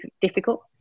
difficult